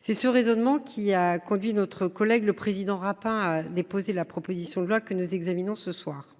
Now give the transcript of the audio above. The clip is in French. Ce raisonnement a conduit le président Rapin à déposer la proposition de loi que nous examinons ce soir.